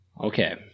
Okay